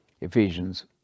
Ephesians